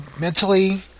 mentally